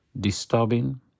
disturbing